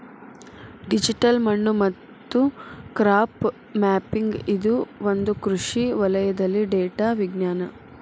digital ಮಣ್ಣು ಮತ್ತು crop mapping ಇದು ಒಂದು ಕೃಷಿ ವಲಯದಲ್ಲಿ ಡೇಟಾ ವಿಜ್ಞಾನ